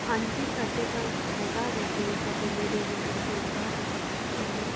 ਹਾਂਜੀ ਸਾਡੇ ਤਾਂ ਹੈਗਾ ਵੈਸੇ ਸਾਡੇ ਨੇੜੇ ਹੀ ਆ ਗੁਰੂ ਤੇਗ ਬਹਾਦਰ ਪਬਲਿਕ ਸਕੂਲ ਹੈ